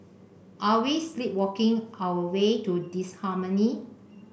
are we sleepwalking our way to disharmony